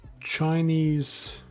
Chinese